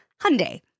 Hyundai